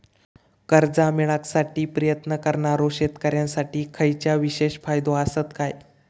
कर्जा मेळाकसाठी प्रयत्न करणारो शेतकऱ्यांसाठी खयच्या विशेष फायदो असात काय?